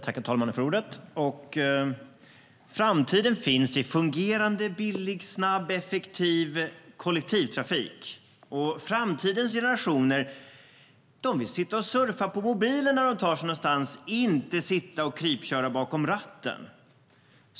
Herr talman! Framtiden finns i fungerande, billig, snabb och effektiv kollektivtrafik. Framtidens generationer vill sitta och surfa på mobilen när de tar sig någonstans och inte sitta och krypköra bakom ratten.